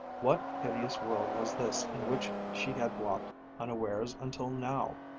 what hideous world was this in which she had walked unawares until now!